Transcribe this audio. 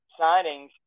signings